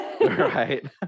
right